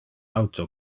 auto